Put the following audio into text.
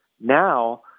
Now